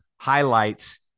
highlights